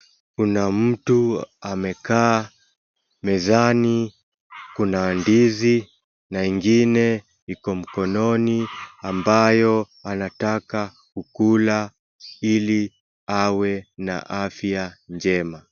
Kuna mtu amekaa mezani kuna ndizi na ingine iko mkononi ambayo anataka kula ili awe na afya njema.